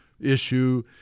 issue